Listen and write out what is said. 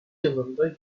yılında